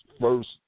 first